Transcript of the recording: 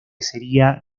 sería